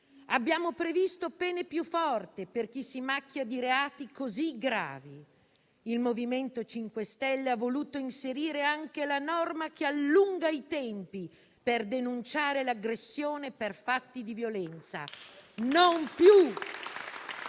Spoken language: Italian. «abbiamo previsto pene più forti per chi si macchia di reati così gravi». E ancora: «Il MoVimento 5 Stelle ha voluto inserire anche la norma che allunga i tempi per denunciare l'aggressione per fatti di violenza: non più